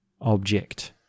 object